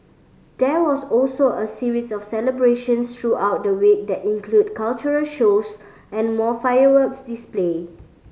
there was also a series of celebrations throughout the week that included cultural shows and more fireworks display